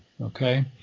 Okay